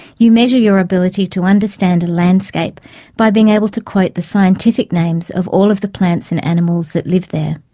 you measure your ability to understand a landscape by being able to quote the scientific names of all of the plants and animals that live there.